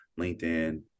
LinkedIn